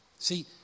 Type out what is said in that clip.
See